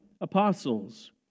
apostles